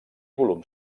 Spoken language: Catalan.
volum